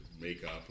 makeup